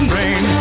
rain